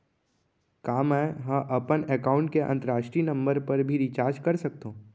का मै ह अपन एकाउंट ले अंतरराष्ट्रीय नंबर पर भी रिचार्ज कर सकथो